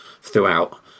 throughout